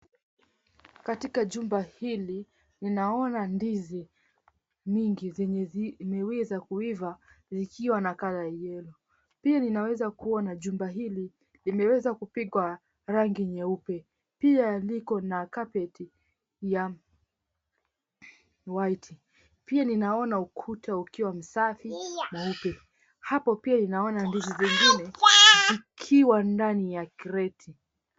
Katika jumba hili ninaona ndizi nyingi zenye zimeweza kuiva zikiwa na kala ya yellow pia linaweza kuona jumba hili limeweza kupiga rangi nyeupe pia liko na kapeti ya white . Pia ninaona ukuta ukiwa msafi mweupe. Hapo pia ninaona ndizi zingine zikiwa ndani ya kreti .